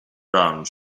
around